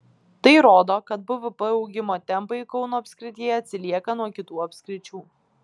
tai rodo kad bvp augimo tempai kauno apskrityje atsilieka nuo kitų apskričių